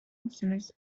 mısınız